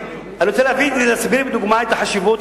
אני רוצה להסביר בדוגמה את החשיבות,